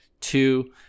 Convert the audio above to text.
two